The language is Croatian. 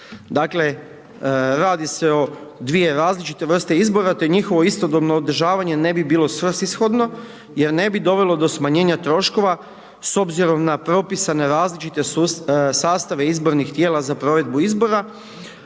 Dakle, radi se o dvije različite vrste izbora, te njihovo istodobno održavanje ne bi bilo svrsishodno jer ne bi dovelo do smanjenja troškova s obzirom na propisane različite sastave izbornih tijela za provedbu izbora,